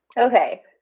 Okay